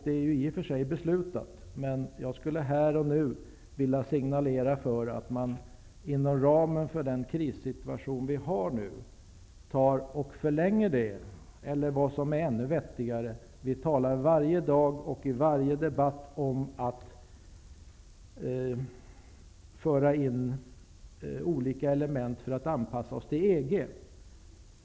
Det är i och för sig beslutat, men jag vill här och nu signalera för att man i den krissituation vi har nu ändå förlänger stödet. Vi talar varje dag och i varje debatt om att föra in olika element för att anpassa oss till EG.